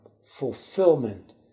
fulfillment